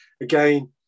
again